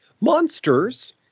Monsters